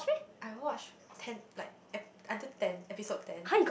I watch ten like ep~ until ten episode ten